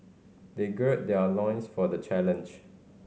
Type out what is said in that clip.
they gird their loins for the challenge